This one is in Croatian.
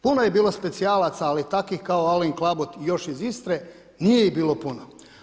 Puno je bilo specijalaca, ali takvih kao Alen Kabot, još iz Istre, nije ih bilo puno.